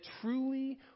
truly